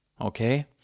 okay